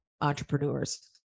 entrepreneurs